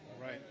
Right